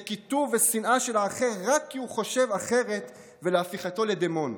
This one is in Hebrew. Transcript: לקיטוב ושנאה של האחר רק כי הוא חושב אחרת ולהפיכתו לדמון.